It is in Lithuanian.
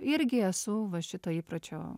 irgi esu va šito įpročio